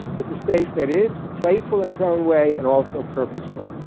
it's a space that is playful in its own way, and also purposeful,